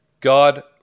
God